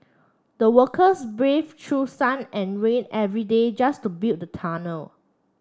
the workers brave true sun and rain every day just to build the tunnel